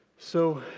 so,